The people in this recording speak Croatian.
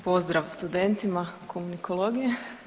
Pozdrav studentima komunikologije.